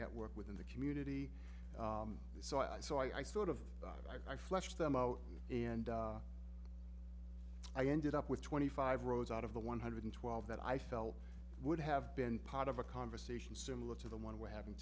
network within the community so i so i sort of i flush them out and i ended up with twenty five rows out of the one hundred twelve that i felt would have been part of a conversation similar to the one we're having